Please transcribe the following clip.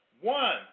One